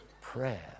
prayer